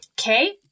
Okay